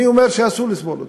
אני אומר שאסור לסבול אותו.